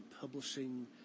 publishing